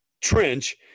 trench